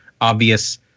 obvious